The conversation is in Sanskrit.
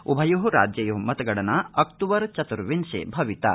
उभयो राज्ययो मतगणना अक्तूबर चतुर्विशे भविता